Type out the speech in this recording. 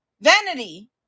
vanity